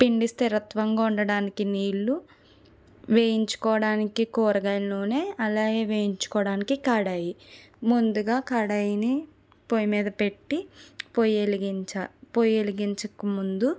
పిండి స్థిరత్వంగా ఉండడానికి నీళ్ళు వేయించుకోడానికి కూరగాయల నూనె అలాగే వేయించుకోవడానికి కడాయి ముందుగా కడాయిని పొయ్యి మీద పెట్టి పొయ్యి వెలిగించ పొయ్యి వెలిగించక ముందు